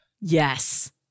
Yes